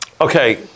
okay